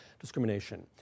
discrimination